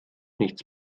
nichts